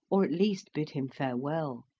or at least bid him farewell.